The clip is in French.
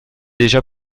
déjà